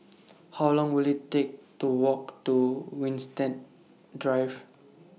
How Long Will IT Take to Walk to Winstedt Drive